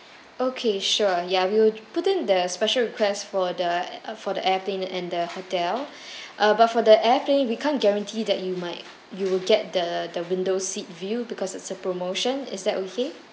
okay sure ya we'll put in the special requests for the for the airplane and the hotel uh but for the airplane we can't guarantee that you might you will get the the window seat view because it's a promotion is that okay